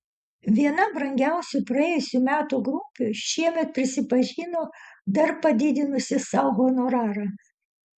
viena brangiausių praėjusių metų grupių šiemet prisipažino dar pasididinusi sau honorarą